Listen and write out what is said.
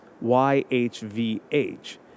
Y-H-V-H